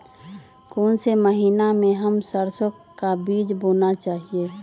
कौन से महीने में हम सरसो का बीज बोना चाहिए?